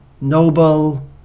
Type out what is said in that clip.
noble